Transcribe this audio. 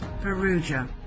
Perugia